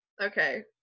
Okay